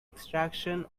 extraction